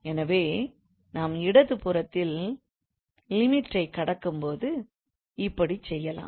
எனவே நாம் இடது புறத்தில் Limit ஐக் கடக்கும்போது இப்படிச்செய்யலாம்